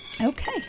Okay